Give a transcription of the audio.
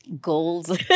goals